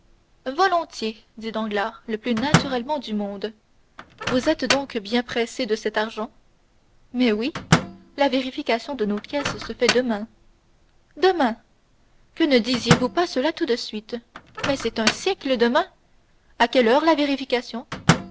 volontiers dit danglars le plus naturellement du monde vous êtes donc bien pressé de cet argent mais oui la vérification de nos caisses se fait demain demain que ne disiez-vous cela tout de suite mais c'est un siècle demain à quelle heure cette vérification